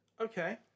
Okay